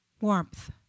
warmth